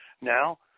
Now